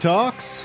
Talks